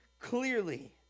clearly